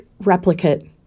replicate